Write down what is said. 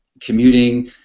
commuting